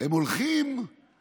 הוא הולך לנהל